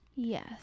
Yes